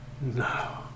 No